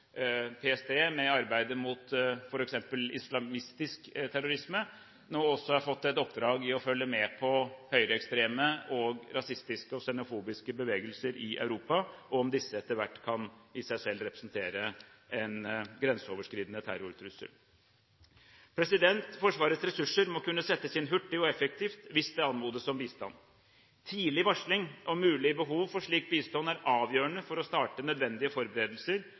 PST i arbeidet mot f.eks. islamistisk terrorisme, nå også har fått i oppdrag å følge med på høyreekstreme, rasistiske og xenofobiske bevegelser i Europa, og om disse etter hvert i seg selv kan representere en grenseoverskridende terrortrussel. Forsvarets ressurser må kunne settes inn hurtig og effektivt hvis det anmodes om bistand. Tidlig varsling om mulig behov for slik bistand er avgjørende for å starte nødvendige forberedelser